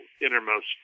innermost